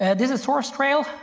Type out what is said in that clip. and this is sourcetrail.